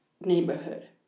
neighborhood